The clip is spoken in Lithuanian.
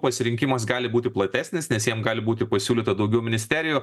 pasirinkimas gali būti platesnis nes jiem gali būti pasiūlyta daugiau ministerijų